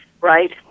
right